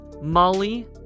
Molly